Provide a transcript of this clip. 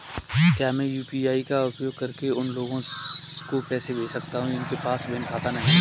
क्या मैं यू.पी.आई का उपयोग करके उन लोगों को पैसे भेज सकता हूँ जिनके पास बैंक खाता नहीं है?